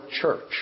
church